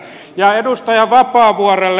ja edustaja vapaavuorelle